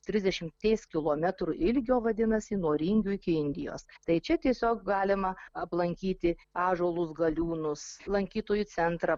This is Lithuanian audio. trisdešimties kilometrų ilgio vadinasi nuo ringių iki indijos tai čia tiesiog galima aplankyti ąžuolus galiūnus lankytojų centrą